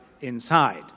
inside